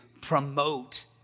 promote